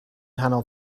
nghanol